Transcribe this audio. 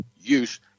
use